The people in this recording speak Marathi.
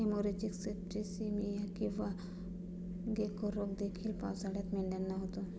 हेमोरेजिक सेप्टिसीमिया किंवा गेको रोग देखील पावसाळ्यात मेंढ्यांना होतो